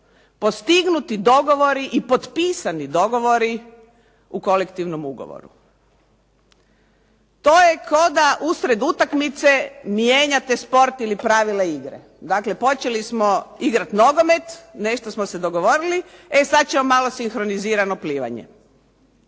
postignuti dogovori i potpisani dogovori u kolektivnom ugovoru. To je kao da usred utakmice mijenjate sport ili pravila igre. Dakle počeli smo igrati nogomet, nešto smo se dogovorili, e sada ćemo malo sinkronizirano plivanje.